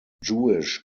jewish